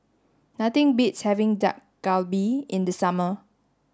nothing beats having Dak Galbi in the summer